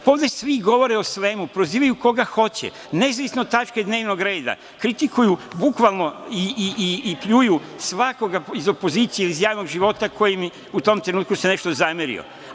Pa ovde svi govore o svemu, prozivaju koga hoće, nezavisno od tačke dnevnog reda, kritikuju bukvalno i pljuju svakog iz opozicije ili iz javnog života koji im se u tom trenutku nešto zamerio.